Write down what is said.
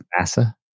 NASA